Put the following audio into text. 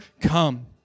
come